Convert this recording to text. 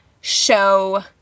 show